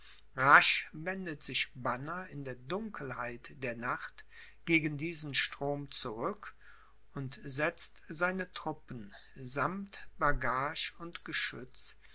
rasch wendet sich banner in der dunkelheit der nacht gegen diesen strom zurück und setzt seine truppen sammt bagage und geschütz